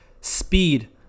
Speed